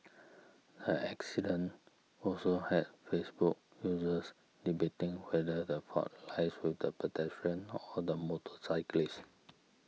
the accident also had Facebook users debating whether the fault lies with the pedestrian or the motorcyclist